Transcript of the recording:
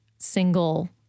single